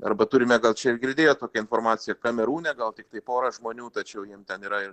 arba turime gal čia ir girdėjot tokią informaciją kamerūne gal tiktai porą žmonių tačiau jiem ten yra ir